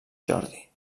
jordi